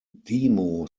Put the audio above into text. demo